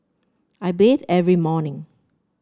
I bathe every morning